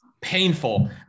painful